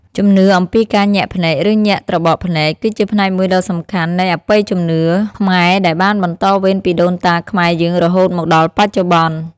ជំនឿអំពីការញាក់ភ្នែក ឬញាក់ត្របកភ្នែក គឺជាផ្នែកមួយដ៏សំខាន់នៃអបិយជំនឿខ្មែរ ដែលបានបន្តវេនពីដូនតាខ្មែរយើងរហូតមកដល់បច្ចុប្បន្ន។